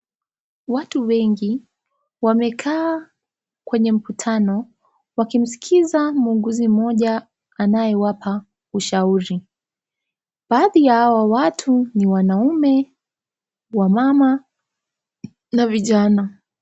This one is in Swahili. Watu wengi wamekaa kwenye mkutano wakimsikiza muuguzi mmoja anayewapa ushauri. Baadhi ya hawa watu ni wanaume , wamama na vijana.